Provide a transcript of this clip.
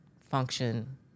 function